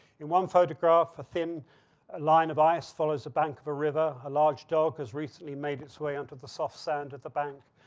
in one photograph, a thin line of ice follows a bank of a river, a large dog has recently made its way onto the soft sand of the bank.